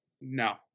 No